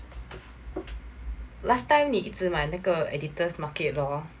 last time 你一只买那个 editor's market 的 lor